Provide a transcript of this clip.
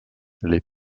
les